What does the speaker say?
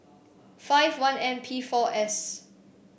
five one M P four S